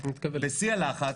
בשיא הלחץ,